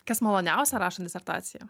kas maloniausia rašant disertaciją